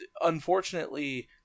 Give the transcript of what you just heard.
unfortunately